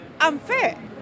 unfair